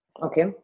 Okay